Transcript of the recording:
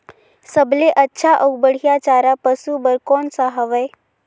सबले अच्छा अउ बढ़िया चारा पशु बर कोन सा हवय?